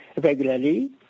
regularly